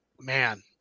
Man